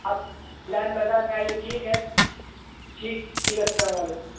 آپ لائن بازار میں آئیے ٹھیک ہے ٹھیک ٹھیک ہے السلام علیکم